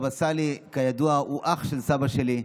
הבבא סאלי, כידוע, הוא אח של סבא שלי,